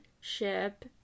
ship